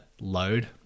load